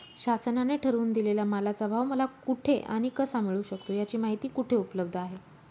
शासनाने ठरवून दिलेल्या मालाचा भाव मला कुठे आणि कसा मिळू शकतो? याची माहिती कुठे उपलब्ध आहे?